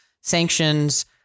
sanctions